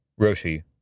Roshi